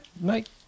Night